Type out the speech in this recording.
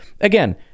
again